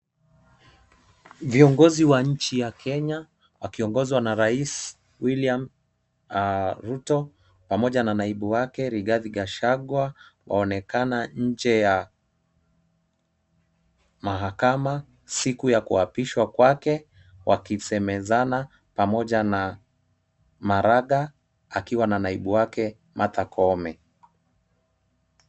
Viongozi wa nchi ya Kenya wakiongozwa na Rais William Ruto pamoja na naibu wake Rigathi Gachagua waonekana nje ya mahakama, siku ya kuapishwa kwake wakisemezana pamoja na Maraga akiwa na naibu wake Martha Koome.